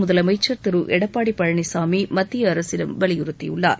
முதலமைச்சர் திரு எடப்பாடி பழனிசாமி மத்திய அரசிடம் வலியுறுத்தியுள்ளார்